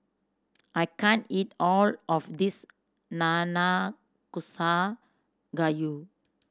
I can't eat all of this Nanakusa Gayu